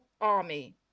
army